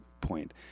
point